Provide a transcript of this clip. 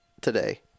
today